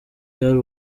byari